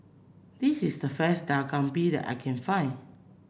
this is the first Dak Galbi that I can find